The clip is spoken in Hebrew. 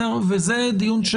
אני חושב שזה דיון,